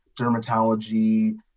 dermatology